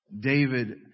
David